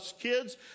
kids